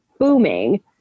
booming